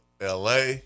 LA